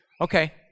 Okay